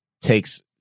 takes